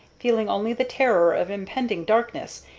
feeling only the terror of impending darkness,